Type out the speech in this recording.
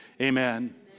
Amen